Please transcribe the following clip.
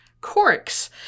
corks